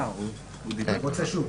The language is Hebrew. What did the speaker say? הוא רוצה שוב.